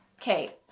Okay